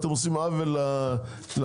אתם עושים עוול למחירים".